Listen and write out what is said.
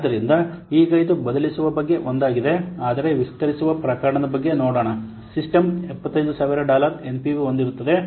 ಆದ್ದರಿಂದ ಈಗ ಇದು ಬದಲಿಸುವ ಬಗ್ಗೆ ಒಂದಾಗಿದೆ ಆದರೆ ವಿಸ್ತರಿಸುವ ಪ್ರಕರಣದ ಬಗ್ಗೆ ನೋಡೋಣ ಸಿಸ್ಟಮ್ 75000 ಡಾಲರ್ ಎನ್ಪಿವಿ ಹೊಂದಿರುತ್ತದೆ